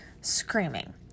screaming